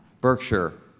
Berkshire